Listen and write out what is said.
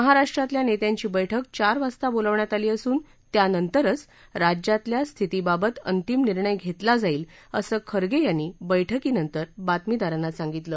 महाराष्ट्रातल्या नेत्यांची बैठक चार वाजता बैठक बोलवण्यात आली असून त्यानंतरच राज्यातल्या स्थितीबाबत अंतिम निर्णय घेतला जाईल असं खर्गे यांनी बैठकीनंतर बातमीदारांना सांगितलं